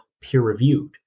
peer-reviewed